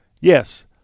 Yes